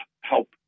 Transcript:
help